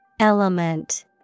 Element